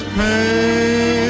pain